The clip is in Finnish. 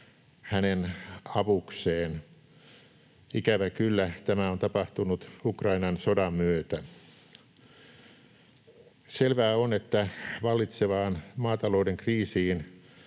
hänen avukseen. Ikävä kyllä tämä on tapahtunut Ukrainan sodan myötä. Selvää on, että vallitsevaan maatalouden kriisiin